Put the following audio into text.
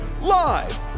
Live